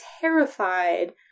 terrified